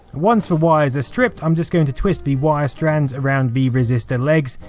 once the wires are stripped i'm just going to twist the wire strands around the resistor legs,